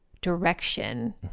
direction